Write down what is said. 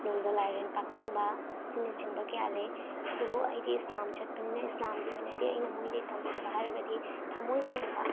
ꯅꯣꯡꯗꯥ ꯂꯥꯏꯔꯦꯟ ꯄꯥꯈꯪꯕ ꯑꯁꯤꯅꯆꯤꯡꯕ ꯀꯌꯥ ꯂꯩ ꯑꯗꯨꯕꯨ ꯑꯩꯗꯤ ꯏꯁꯂꯥꯝ ꯆꯠꯄꯅꯤꯅ ꯏꯁꯂꯥꯝꯒꯤ ꯑꯣꯏꯅꯗꯤ ꯑꯩꯅ ꯃꯣꯏꯗꯩ ꯇꯝꯖꯕ ꯍꯥꯏꯔꯒꯗꯤ ꯊꯃꯣꯏ ꯁꯦꯡꯕ